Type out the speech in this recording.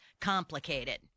complicated